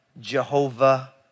Jehovah